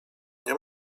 nie